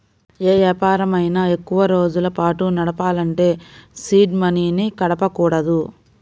యే వ్యాపారమైనా ఎక్కువరోజుల పాటు నడపాలంటే సీడ్ మనీని కదపకూడదు